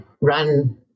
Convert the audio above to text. run